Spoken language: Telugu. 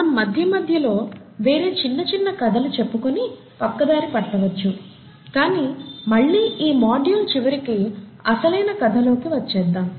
మనం మధ్య మధ్యలో వేరే చిన్న చిన్న కధలు చెప్పుకుని పక్కదారి పట్టవచ్చు కానీ మళ్ళీ ఈ మోడ్యూల్ చివరికి అసలైన కథలోకి వచ్చేద్దాం